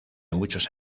muchos